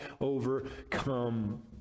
overcome